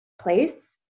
place